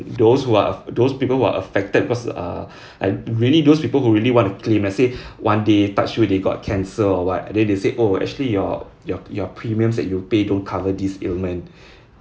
those who are those people who are affected because uh and really those people who really want to claim let's say one day touch wood they got cancer or what and then they said oh actually your your your premiums that you pay don't cover this ailment